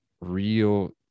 real